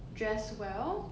dress well